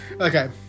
Okay